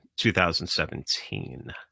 2017